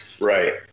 right